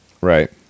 right